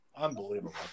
Unbelievable